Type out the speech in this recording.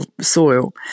soil